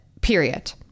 period